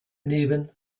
neben